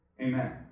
Amen